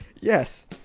Yes